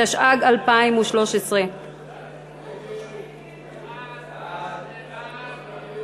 התשע"ג 2013. ההצעה להסיר